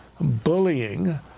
bullying